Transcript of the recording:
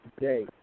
today